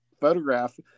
photograph